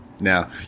Now